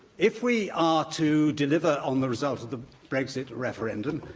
if we are to deliver on the result of the brexit referendum,